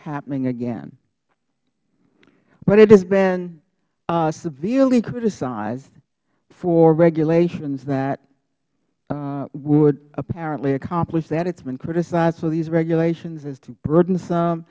happening again but it has been severely criticized for regulations that would apparently accomplish that it's been criticized for these regulations it's too burdensome